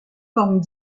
formes